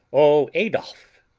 oh, adolph,